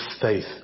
faith